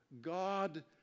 God